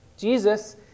Jesus